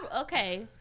okay